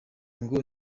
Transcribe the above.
ngo